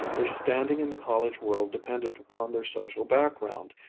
their standing in the college world depended upon their social background,